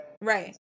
right